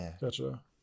gotcha